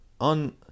on